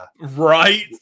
Right